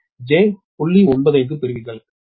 95 பெறுவீர்கள்